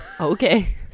Okay